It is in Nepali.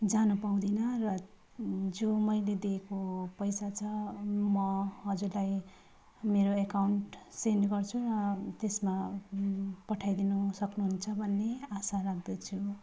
जान पाउँदिनँ र जो मैले दिएको पैसा छ म हजुरलाई मेरो एकाउन्ट सेन्ट गर्छु र त्यसमा पठाइदिनु सक्नुहुन्छ भन्ने आशा राख्दछु